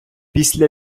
після